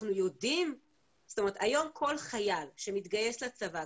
היום כל חייל שמתגייס לצבא,